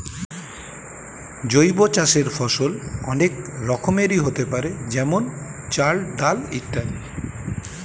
জৈব চাষের ফসল অনেক রকমেরই হতে পারে যেমন চাল, ডাল ইত্যাদি